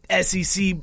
SEC